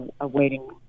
awaiting